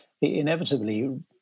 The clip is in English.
inevitably